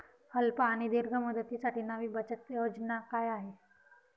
अल्प आणि दीर्घ मुदतीसाठी नवी बचत योजना काय आहे?